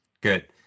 Good